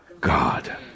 God